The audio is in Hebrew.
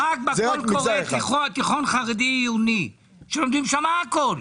למה נמחק בקול קורא תיכון חרדי עיוני שלומדים שם הכול?